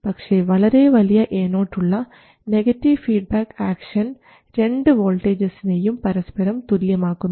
പക്ഷേ വളരെ വലിയ Ao ഉള്ള നെഗറ്റീവ് ഫീഡ്ബാക്ക് ആക്ഷൻ രണ്ടു വോൾട്ടേജസിനെയും പരസ്പരം തുല്യമാക്കുന്നു